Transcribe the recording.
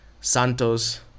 Santos